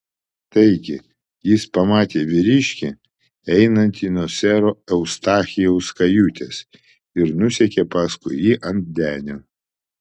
taigi jis pamatė vyriškį einantį nuo sero eustachijaus kajutės ir nusekė paskui jį ant denio